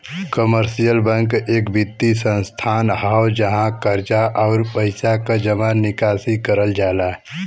commercial bank एक वित्तीय संस्थान हौ जहाँ कर्जा, आउर पइसा क जमा निकासी करल जाला